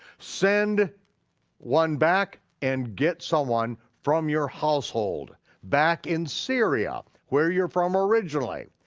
send one back and get someone from your household back in syria, where you're from originally.